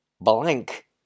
blank